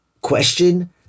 question